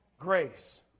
Grace